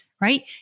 right